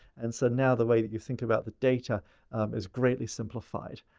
and so, now the way that you think about the data is greatly simplified.